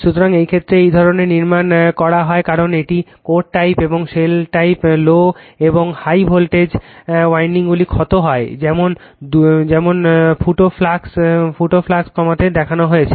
সুতরাং এই ক্ষেত্রে এই ধরনের নির্মাণ করা হয় কারণ এটি কোর টাইপ এবং শেল টাইপ লো এবং হাই ভোল্টেজ উইন্ডিংগুলি ক্ষত হয় যেমন ফুটো ফ্লাক্স কমাতে দেখানো হয়েছে